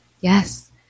Yes